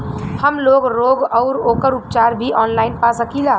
हमलोग रोग अउर ओकर उपचार भी ऑनलाइन पा सकीला?